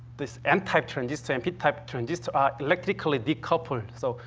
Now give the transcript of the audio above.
this n-type transistor and p-type transistor are electrically decoupled. so,